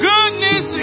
Goodness